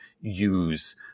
use